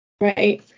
Right